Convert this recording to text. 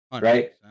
right